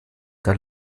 der